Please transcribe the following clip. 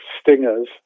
stingers